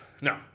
No